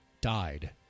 died